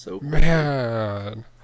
Man